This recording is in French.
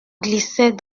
glissait